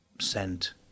sent